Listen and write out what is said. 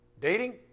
Dating